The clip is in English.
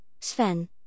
Sven